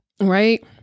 Right